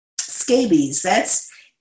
Scabies—that's